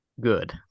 good